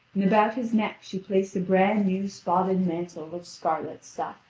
and about his neck she placed a brand new spotted mantle of scarlet stuff.